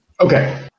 Okay